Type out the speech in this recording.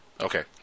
Okay